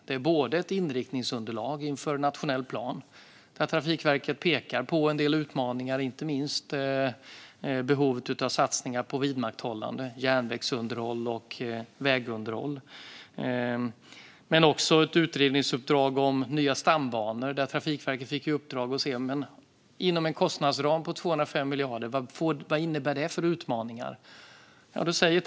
Det handlar om ett inriktningsunderslag inför nationell plan där Trafikverket pekar på en del utmaningar, inte minst behovet av satsningar på vidmakthållande järnvägsunderhåll och vägunderhåll. Det handlar också om ett utredningsuppdrag om nya stambanor. Trafikverket fick i uppdrag att se vad en kostnadsram på 205 miljarder innebär för utmaningar.